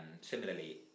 Similarly